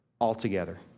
altogether